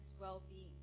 well-being